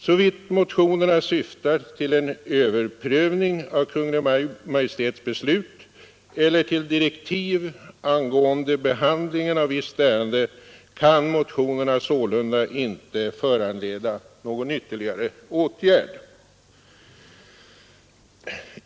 Såvitt motionerna syftar till en överprövning av Kungl. Maj:ts beslut eller till att få fram direktiv angående behandlingen av visst ärende kan motionerna sålunda inte föranleda någon ytterligare åtgärd.